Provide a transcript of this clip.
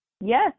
Yes